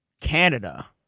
Canada